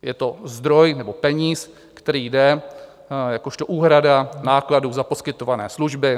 Je to zdroj, nebo peníz, který jde jakožto úhrada nákladů za poskytované služby.